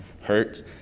hurts